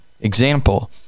Example